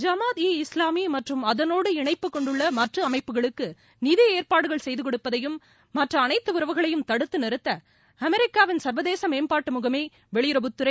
ஜமாத் ஈ இஸ்லாமி மற்றும் அதனோடு இணைப்பு கொண்டுள்ள மற்ற அமைப்புகளுக்கு நிதி ஏற்பாடுகள் செய்து கொடுப்பதையும் மற்ற அனைத்து உறவுகளையும் தடுத்து நிறுத்த அமெரிக்காவின் சா்வதேச மேம்பாட்டு முகமை வெளியுறவுத்துறை